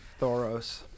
Thoros